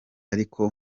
ariko